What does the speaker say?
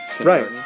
Right